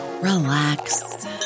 relax